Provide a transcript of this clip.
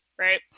Right